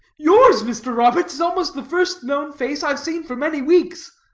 yours, mr. roberts, is almost the first known face i've seen for many weeks.